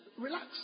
Relax